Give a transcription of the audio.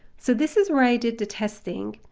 so this is where i did the testing.